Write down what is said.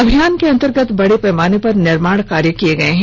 अभियान के अंतर्गत बड़े पैमाने पर निर्माण कार्य किये गये हैं